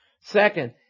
Second